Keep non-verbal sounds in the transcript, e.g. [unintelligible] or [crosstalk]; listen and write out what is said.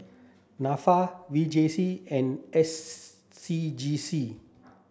NAFA V J C and S [unintelligible] C G C